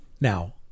now